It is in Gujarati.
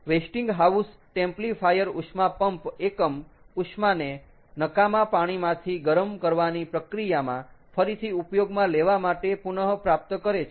તો વેસ્ટિંગ હાઉસ ટેમ્પ્લિફાયર ઉષ્મા પંપ એકમ ઉષ્માને નકામા પાણીમાંથી ગરમ કરવાની પ્રક્રિયામાં ફરીથી ઉપયોગમાં લેવા માટે પુનપ્રાપ્ત કરે છે